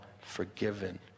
forgiven